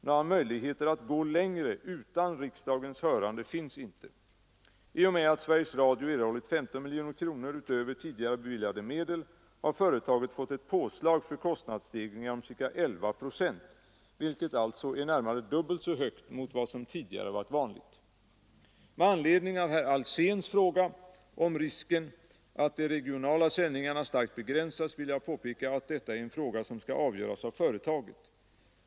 Några möjligheter att gå längre utan riksdagens hörande finns inte. I och med att Sveriges Radio erhållit 15 miljoner kronor utöver tidigare beviljade medel har företaget fått ett påslag för kostnadsstegringar om ca 11 procent, vilket alltså är närmare dubbelt så mycket som tidigare varit vanligt. Med anledning av herr Alséns fråga om risken att de regionala sändningarna starkt begränsas vill jag påpeka att detta skall avgöras av företaget.